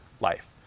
life